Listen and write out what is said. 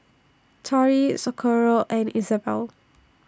Tori Socorro and Isabelle